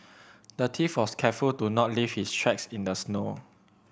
the thief was careful to not leave his tracks in the snow